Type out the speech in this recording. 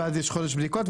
ואז יש חודש בדיקות,